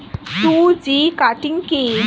Two G cutting কি?